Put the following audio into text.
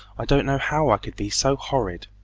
i don't know how i could be so horrid.